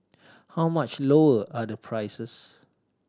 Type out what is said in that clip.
how much lower are the prices